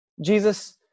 Jesus